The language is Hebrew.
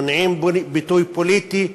מונעים ביטוי פוליטי,